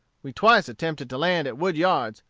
we twice attempted to land at wood yards,